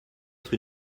être